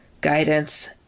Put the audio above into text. guidance